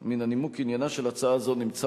מן הנימוק כי עניינה של הצעה זו נמצא